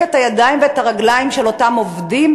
את הידיים ואת הרגליים של אותם עובדים,